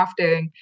crafting